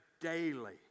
daily